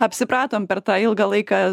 apsipratom per tą ilgą laiką